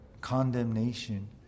condemnation